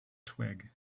twig